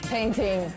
Painting